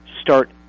start